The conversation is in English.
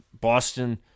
Boston